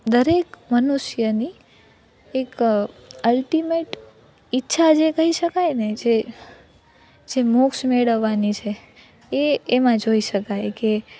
દરેક મનુષ્યની એક અલ્ટિમેટ ઈચ્છા જે કહી શકાયને જે જે મોક્ષ મેળવવાની છે એ એમાં જોઈ શકાય કે